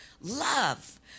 love